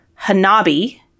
hanabi